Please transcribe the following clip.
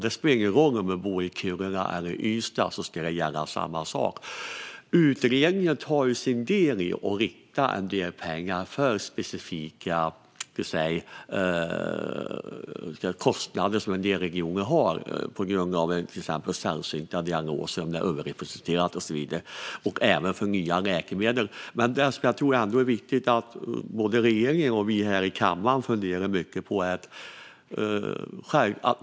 Det spelar ingen roll om man i bor i Kiruna eller i Ystad; samma sak ska gälla. Utredningen tar upp att man ska rikta en del pengar till specifika kostnader som en del regioner har till exempel på grund av att sällsynta diagnoser är överrepresenterade och även för nya läkemedel. Att man säkrar de kostnaderna så att alla får tillgång till den medicinska behandling som finns är självklart.